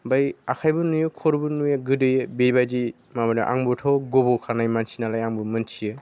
ओमफ्राय आखाइबो नुयो खर'बो नुयो गोदोयो बेबायदि मावदों आंबोथ' गब'खानाय मानसि नालाय आंबो मोन्थियो